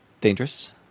dangerous